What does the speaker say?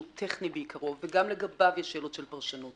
טכני בעיקרו וגם לגביו יש שאלות פרשנות